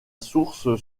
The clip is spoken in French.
source